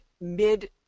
mid